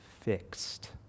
fixed